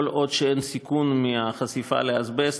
כל עוד אין סיכון מהחשיפה לאזבסט.